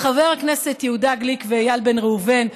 לחבר הכנסת יהודה גליק ואיל בן ראובן,